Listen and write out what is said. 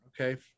Okay